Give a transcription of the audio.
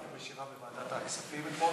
היית בישיבת ועדת הכספים אתמול?